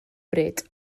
bryd